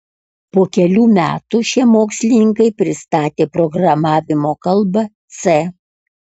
po kelių metų šie mokslininkai pristatė programavimo kalbą c